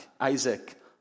Isaac